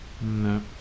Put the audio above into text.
No